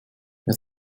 wer